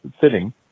sitting